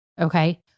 Okay